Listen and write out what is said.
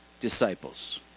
disciples